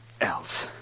else